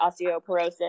osteoporosis